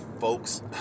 folks